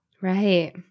Right